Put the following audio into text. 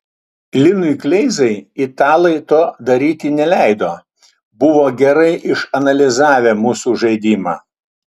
linui kleizai italai to daryti neleido buvo gerai išanalizavę mūsų žaidimą